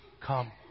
come